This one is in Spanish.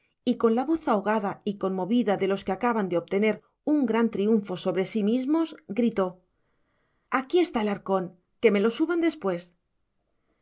y con la voz ahogada y conmovida de los que acaban de obtener un gran triunfo sobre sí mismos gritó aquí está el arcón que me lo suban después